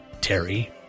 Terry